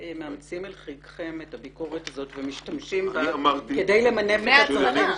מאמצים אל חיקכם את הביקורת הזו כדי למנף את --- מהתחלה,